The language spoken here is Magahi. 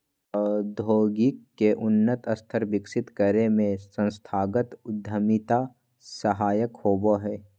प्रौद्योगिकी के उन्नत स्तर विकसित करे में संस्थागत उद्यमिता सहायक होबो हय